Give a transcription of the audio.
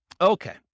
Okay